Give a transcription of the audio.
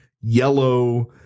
yellow